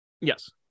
yes